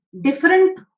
different